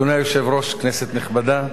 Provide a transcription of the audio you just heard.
אדוני היושב-ראש, כנסת נכבדה,